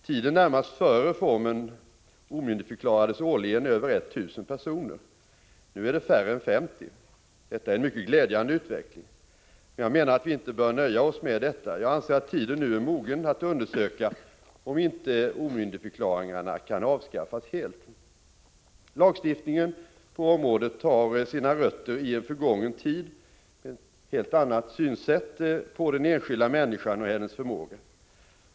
Tiden närmast före reformen omyndigförklarades årligen över 1 000 personer. Nu är det färre än 50. Detta är en mycket glädjande utveckling. Men jag menar att vi inte bör nöja oss med detta. Jag anser att tiden nu är mogen att undersöka om inte omyndigförklaringarna kan avskaffas helt. Lagstiftningen på området har sina rötter i en förgången tid med ett helt annat synsätt på den enskilda människan och hennes förmåga.